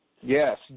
Yes